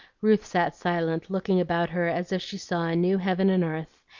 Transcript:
ruth sat silent, looking about her as if she saw a new heaven and earth,